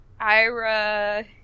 Ira